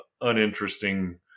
uninteresting